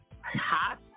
hot